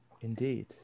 Indeed